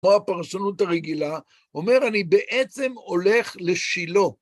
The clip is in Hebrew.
כמו הפרשנות הרגילה, אומר אני בעצם הולך לשילה.